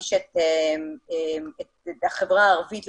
להנגיש את החברה הערבית,